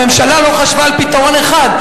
הממשלה לא חשבה על פתרון אחד,